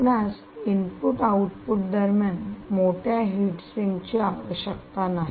आपणास input output दरम्यान मोठ्या हीट सिंक ची आवश्यकता नाही